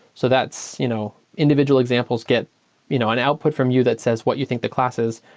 so that's you know individual examples get you know an output from you that says what you think the class is.